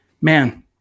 Man